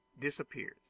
disappears